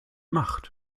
macht